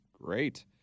Great